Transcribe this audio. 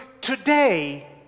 today